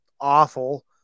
awful